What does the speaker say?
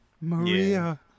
Maria